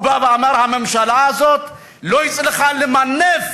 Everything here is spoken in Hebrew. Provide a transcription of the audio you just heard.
הוא בא ואמר: הממשלה הזאת לא הצליחה למנף,